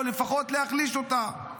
או לפחות להחליש אותן.